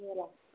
ହେଲା